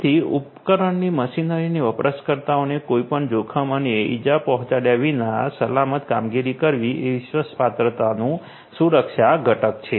તેથી ઉપકરણની મશીનરીની વપરાશકર્તાઓને કોઈપણ જોખમ અને ઇજા પહોંચાડ્યા વિના સલામત કામગીરી કરવી એ વિશ્વાસપાત્રતાનું સુરક્ષા ઘટક છે